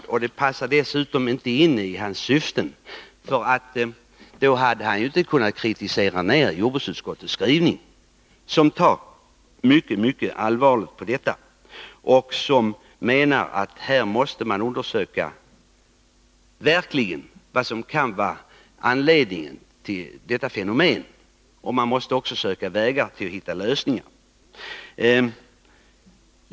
Att göra det passar dessutom inte in i hans syften, för då hade han ju inte kunnat kritisera jordbruksutskottets skrivning. Utskottet tar mycket allvarligt på detta och menar att man verkligen måste undersöka vad som kan vara anledningen till detta fenomen och samtidigt försöka hitta vägar för att lösa problemet.